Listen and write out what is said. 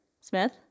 Smith